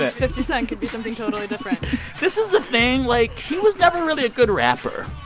it's fifty cent. it could be something totally different this is the thing. like, he was never really a good rapper.